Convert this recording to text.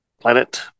planet